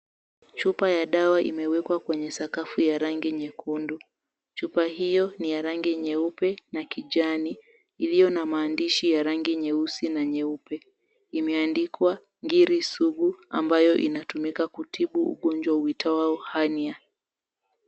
Chupa ya dawa imewekwa kwenye sakafu ya rangi nyekundu. Chupa hiyo ni ya rangi nyeupe na kijani iliyo na maandishi ya rangi nyeusi na nyeupe. Imeandikwa "Ngiri Sugu" ambayo inatumika kutibu ugonjwa uitwayo Uhania.